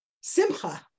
Simcha